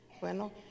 Bueno